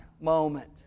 moment